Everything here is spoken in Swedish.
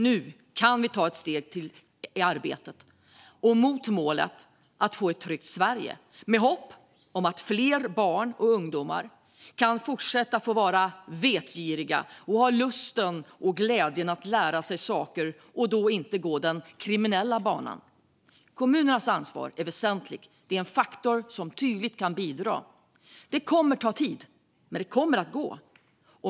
Nu kan vi ta ett steg till i arbetet mot målet att få ett tryggt Sverige med hopp om att fler barn och ungdomar kan fortsätta få vara vetgiriga, ha lusten och glädjen att lära sig saker och inte gå den kriminella banan. Kommunernas ansvar är väsentligt. Det är en faktor som tydligt kan bidra. Det kommer att ta tid, men det kommer att gå.